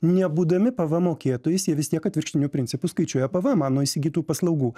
nebūdami pvm mokėtojais jie vis tiek atvirkštiniu principu skaičiuoja pvmą nuo įsigytų paslaugų